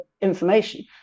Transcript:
information